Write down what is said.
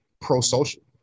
pro-social